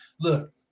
look